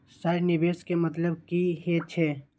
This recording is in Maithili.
सर निवेश के मतलब की हे छे?